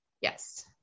Yes